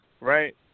Right